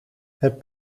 het